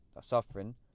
suffering